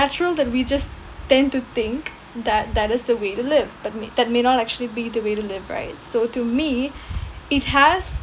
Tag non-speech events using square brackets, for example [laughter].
natural that we just tend to think that that is the way to live but may that may not actually be the way to live right so to me [breath] it has